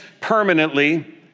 permanently